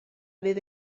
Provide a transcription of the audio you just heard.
fydd